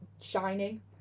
shining